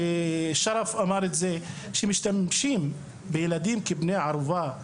ושרף גם אמר את זה, שמשתמשים בילדים כבני ערובה.